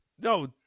No